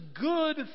good